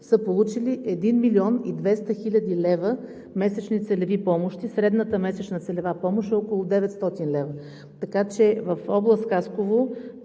са получили 1 млн. 200 хил. лв. месечни целеви помощи. Средната месечна помощ е около 900 лв. Така че в област Хасково,